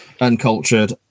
uncultured